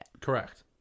Correct